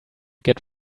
get